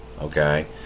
okay